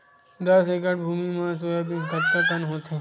दस एकड़ भुमि म सोयाबीन कतका कन होथे?